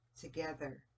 together